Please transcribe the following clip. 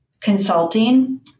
Consulting